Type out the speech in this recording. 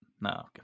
no